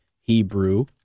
Hebrew